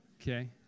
Okay